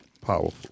Powerful